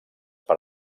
per